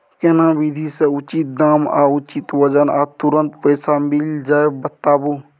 केना विधी से उचित दाम आ उचित वजन आ तुरंत पैसा मिल जाय बताबू?